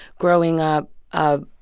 growing up ah